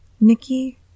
Nikki